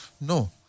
no